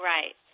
Right